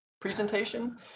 presentation